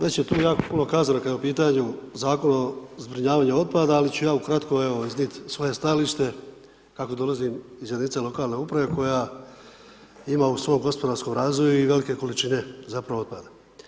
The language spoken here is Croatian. Već je tu jako puno kazano, kada je u pitanju Zakon o zbrinjavanju otpada, ali ću ja ukratko evo iznijeti svoje stajalište, kako dolazimo iz jedinice lokalne samouprave, koja ima u svom gospodarskom razvoju i velike količine zapravo otpada.